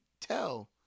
tell